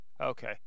Okay